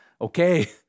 okay